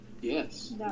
Yes